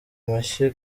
mashyi